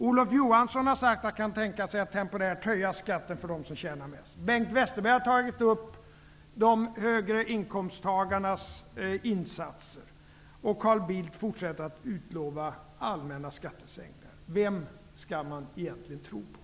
Olof Johansson har sagt att han kan tänka sig att temporärt höja skatten för dem som tjänar mest. Bengt Westerberg har tagit upp de högre inkomsttagarnas insatser, och Carl Bildt fortsätter att utlova allmänna skattesänkningar. Vem skall man egentligen tro på?